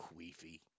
queefy